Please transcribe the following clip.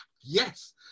yes